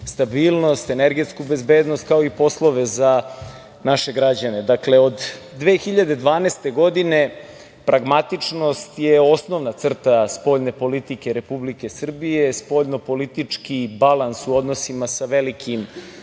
stabilnost, energetsku bezbednost, kao i poslove za naše građane. Dakle, od 2012. godine pragmatičnost je osnovna crta spoljne politike Republike Srbije. Spoljnopolitički balans u odnosima sa velikim